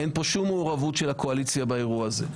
אין כאן שום מעורבות של הקואליציה באירוע הזה.